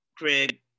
Craig